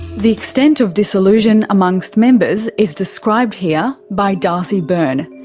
the extent of disillusion amongst members is described here by darcy byrne.